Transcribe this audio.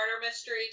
mystery